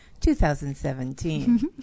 2017